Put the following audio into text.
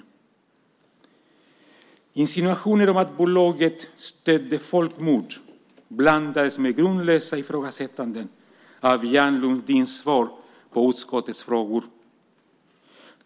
Insinuationer om att bolaget stödde folkmord blandades med grundlösa ifrågasättanden av Ian Lundins svar på utskottets frågor.